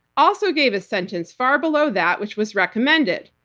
also gave a sentence far below that, which was recommended.